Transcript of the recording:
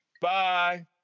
Bye